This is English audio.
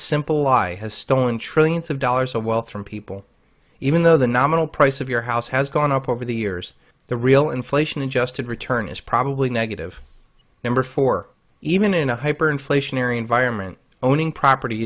simple lie has stolen trillions of dollars of wealth from people even though the nominal price of your house has gone up over the years the real inflation adjusted return is probably negative number for even in a hyper inflationary environment owning property